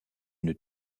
une